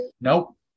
Nope